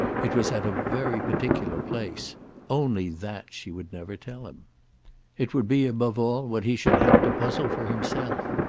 it was at a very particular place only that she would never tell him it would be above all what he should have to puzzle for himself.